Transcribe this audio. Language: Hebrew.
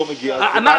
אם לא מגיע, זו בעיה.